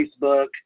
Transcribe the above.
Facebook